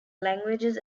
languages